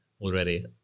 already